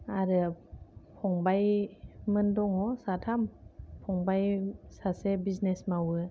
आरो फंबाइमोन दङ साथाम फंबाइ सासे बिजिनेस मावो